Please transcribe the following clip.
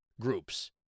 groups